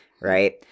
Right